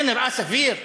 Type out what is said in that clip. זה נראה סביר?